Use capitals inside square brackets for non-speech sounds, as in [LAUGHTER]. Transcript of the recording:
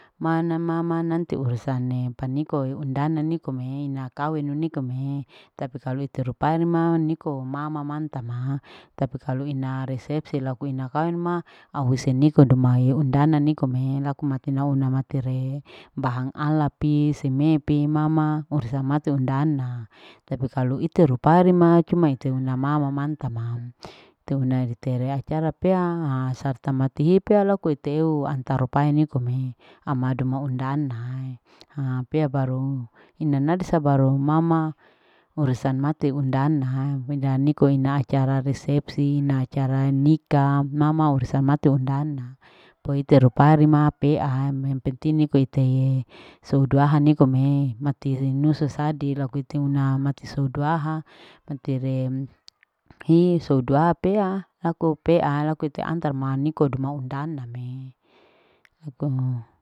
Mana mama nanti urusan paniko undana niko me una kawen nuniko me tapi kalu ite rupane ma niko mama manta ma tapi kalu ina resepsi laku ina kawen ma ahuse nike mae undana. nikome [UNINTELLIGIBLE] bahang ala pi seme pi mama ursa matte undana tapi kalu ite rupari ma cuma ite una mama manta ma te una riterea acara pea [UNINTELLIGIBLE] laku ite eu antar ruape niko me amaduma haa pea baru inana disa baru mama urusan mate undana niko ina acara resepsi. ina acara nika mama urusan mate undana toite rupari ma peaa yang penting iko itae su duhaa niko me mati rinusu sadi laku ite una mati suduhaa mati ree hisodua pea laku pea laku ite antar niko dua undana ne niko.